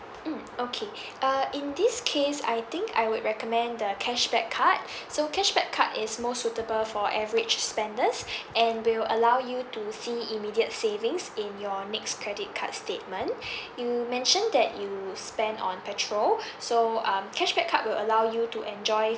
mm okay uh in this case I think I would recommend the cashback card so cashback card is more suitable for average spenders and will allow you to see immediate savings in your next credit card statement you mentioned that you spend on petrol so um cashback card will allow you to enjoy